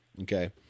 Okay